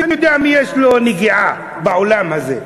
אני יודע מי יש לו נגיעה בעולם הזה.